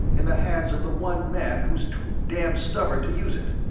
in the hands of the one man who's too damned stubborn to use it?